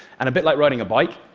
and a bit like riding a bike,